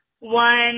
one